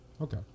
Okay